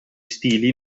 stili